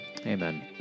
Amen